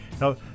Now